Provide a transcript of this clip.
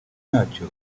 yacyo